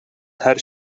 her